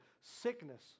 sickness